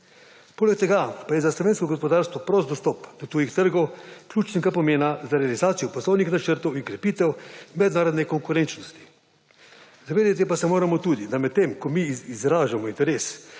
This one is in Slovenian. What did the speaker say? Poleg tega pa je za slovensko gospodarstvo prost dostop do tujih trgov ključnega pomena za realizacijo poslovnih načrtov in krepitev mednarodne konkurenčnosti. Zavedati pa se moramo tudi, da medtem ko mi izražamo interes